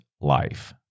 Life